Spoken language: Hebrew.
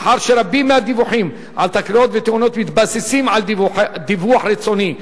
מאחר שרבים מהדיווחים על תקריות ותאונות מתבססים על דיווח רצוני,